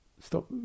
stop